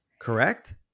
correct